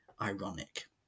ironic